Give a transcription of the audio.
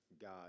God